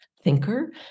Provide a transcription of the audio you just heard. thinker